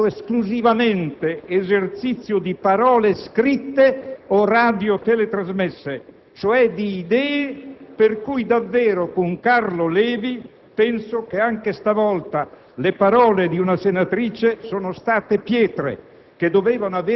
io ho fatto esclusivamente esercizio di parole scritte o radioteletrasmesse, cioè di idee; per cui davvero, con Carlo Levi, penso che anche stavolta le parole di una senatrice siano state pietre,